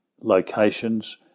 locations